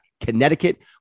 Connecticut